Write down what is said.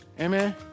Amen